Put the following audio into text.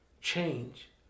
change